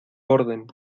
orden